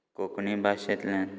कोंकणी भाशेंतल्यान